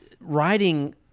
writing